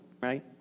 right